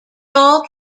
all